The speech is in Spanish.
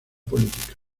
política